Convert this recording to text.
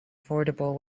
affordable